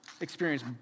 experience